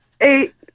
eight